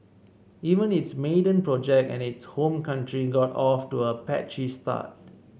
even its maiden project in its home country got off to a patchy start